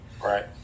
right